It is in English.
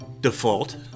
default